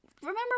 remember